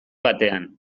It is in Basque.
batean